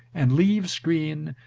and leaves green,